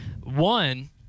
one